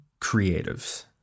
creatives